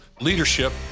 leadership